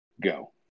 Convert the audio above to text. go